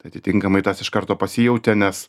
tai atitinkamai tas iš karto pasijautė nes